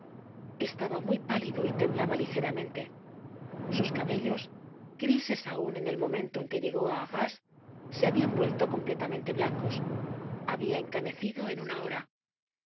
estaba muy pálido y temblaba ligeramente sus cabellos grises aun en el momento en que llegó á arras se habian vuelto completamente blancos habia encanecido en una hora